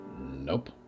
Nope